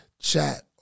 chat